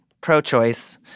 pro-choice